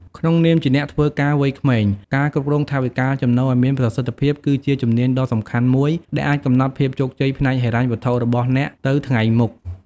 ក្នុងនាមជាអ្នកធ្វើការវ័យក្មេង ការគ្រប់គ្រងថវិកាចំណូលឱ្យមានប្រសិទ្ធភាពគឺជាជំនាញដ៏សំខាន់មួយដែលអាចកំណត់ភាពជោគជ័យផ្នែកហិរញ្ញវត្ថុរបស់អ្នកទៅថ្ងៃមុខ។